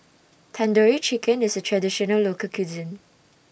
Tandoori Chicken IS A Traditional Local Cuisine